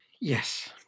Yes